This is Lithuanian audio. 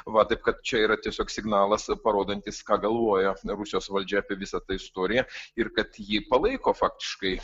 va taip kad čia yra tiesiog signalas parodantis ką galvoja rusijos valdžia apie visą tą istoriją ir kad jį palaiko faktiškai